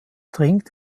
dringt